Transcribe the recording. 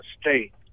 State